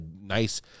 nice